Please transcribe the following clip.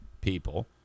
people